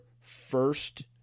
first